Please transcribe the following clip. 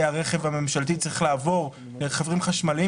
הרכב הממשלתי צריך לעבור לרכבים חשמליים.